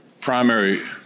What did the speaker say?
primary